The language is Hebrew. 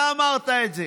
אתה אמרת את זה,